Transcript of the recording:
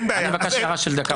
אני מבקש הערה של דקה וחצי.